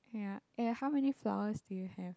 ya eh how many flowers do you have